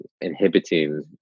inhibiting